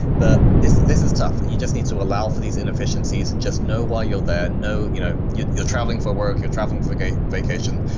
but this this is tough. you just need to allow for these inefficiencies, and just know why you're there. know you know you're you're traveling for work, you're traveling for a vacation,